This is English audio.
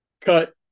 cut